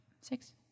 six